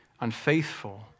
unfaithful